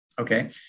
Okay